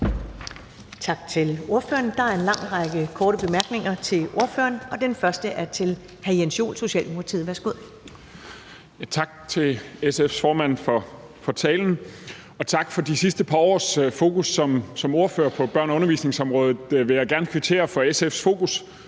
Tak til ordføreren. Der er en lang række korte bemærkninger til ordføreren, og den første er fra hr. Jens Joel, Socialdemokratiet. Værsgo. Kl. 11:01 Jens Joel (S): Tak til SF's formand for talen. Som ordfører på børne- og undervisningsområdet vil jeg gerne kvittere for SF's fokus